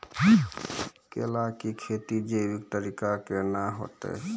केला की खेती जैविक तरीका के ना होते?